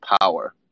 power